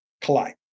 collide